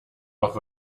auch